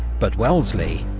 but wellesley,